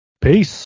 Peace